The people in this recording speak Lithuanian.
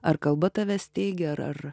ar kalba tave steigia ar ar